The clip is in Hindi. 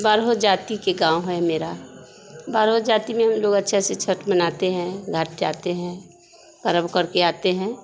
बारहों जाती के गाँव है मेरा बारहों जाती में हम लोग अच्छा से छठ मनाते हैं घर जाते हैं पर्व करके आते हैं